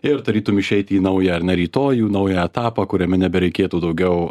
ir tarytum išeiti į naują ar ne rytojų naują etapą kuriame nebereikėtų daugiau